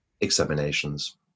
examinations